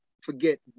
forget